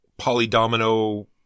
polydomino